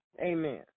Amen